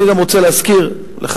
אני גם רוצה להזכיר לך,